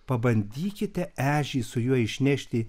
pabandykite ežį su juo išnešti